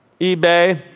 eBay